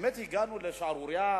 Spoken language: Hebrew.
לכן הבעיה שלנו היא בדיוק אותה הבעיה.